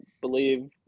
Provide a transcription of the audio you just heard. Believe